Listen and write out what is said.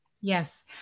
Yes